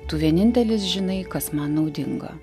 tu vienintelis žinai kas man naudinga